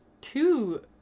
two